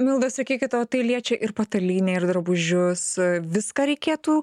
milda sakykit o tai liečia ir patalynę ir drabužius viską reikėtų